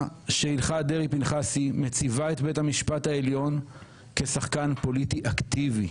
שהלכת דרעי-פנחסי מציבה את בית המשפט העליון כשחקן פוליטי אקטיבי.